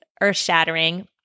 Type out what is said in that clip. earth-shattering